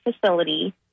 facility